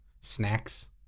Snacks